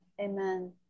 amen